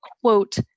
quote